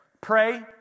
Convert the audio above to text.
Pray